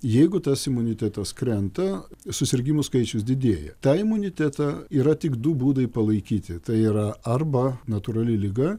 jeigu tas imunitetas krenta susirgimų skaičius didėja tą imunitetą yra tik du būdai palaikyti tai yra arba natūrali liga